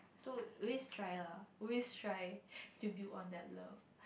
so at least try lah always try to be on that love